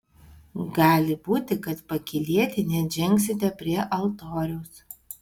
gali būti kad pakylėti net žengsite prie altoriaus